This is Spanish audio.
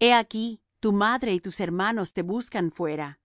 he aquí tu madre y tus hermanos te buscan fuera